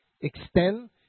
extend